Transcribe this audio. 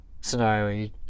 scenario